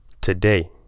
today